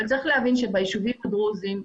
אבל צריך להבין שביישובים הדרוזיים,